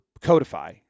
Codify